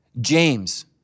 James